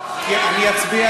אני אצביע